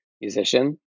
musician